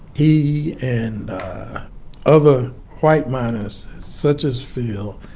he and other white miners, such as phil,